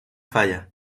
falla